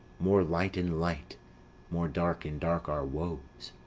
more light and light more dark and dark our woes!